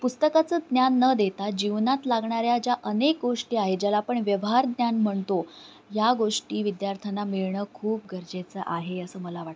पुस्तकाचं ज्ञान न देता जीवनात लागणाऱ्या ज्या अनेक गोष्टी आहेत ज्याला आपण व्यवहारज्ञान म्हणतो या गोष्टी विद्यार्थ्यांना मिळणं खूप गरजेचं आहे असं मला वाटतं